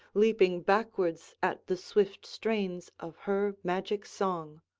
leaping backwards at the swift strains of her magic song.